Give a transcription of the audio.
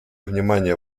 внимание